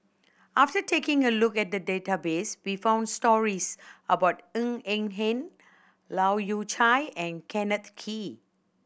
after taking a look at the database we found stories about Ng Eng Hen Leu Yew Chye and Kenneth Kee